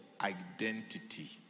identity